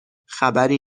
خبری